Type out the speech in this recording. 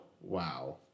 Wow